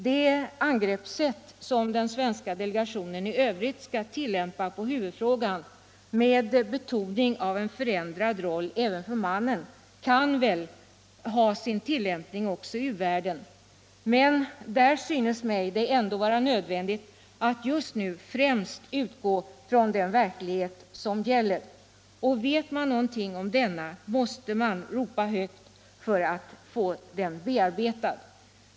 Det angreppssätt som den svenska delegationen i övrigt skall tillämpa på huvudfrågan, med betoning av en förändrad roll även för mannen, kan väl användas också i u-landssammanhang, men där synes det mig ändå vara nödvändigt att just nu främst utgå från den verklighet som råder. Och vet man någonting om denna måste man ropa högt för att få den bearbetad.